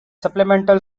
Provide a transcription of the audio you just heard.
supplemental